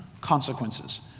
consequences